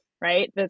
right